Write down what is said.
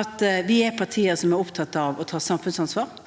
at vi er partier som er opptatt av å ta samfunnsansvar.